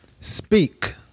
Speak